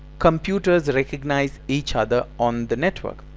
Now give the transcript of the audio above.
computers recognize each other on the network!